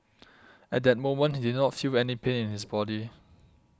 at that moment he did not feel any pain in his body